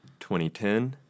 2010